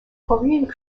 korean